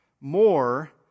more